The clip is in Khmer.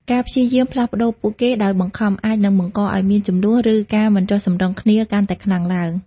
ការព្យាយាមផ្លាស់ប្តូរពួកគេដោយបង្ខំ អាចនឹងបង្កឱ្យមានជម្លោះ ឬការមិនចុះសម្រុងគ្នាកាន់តែខ្លាំងឡើង។